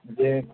جی